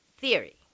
theory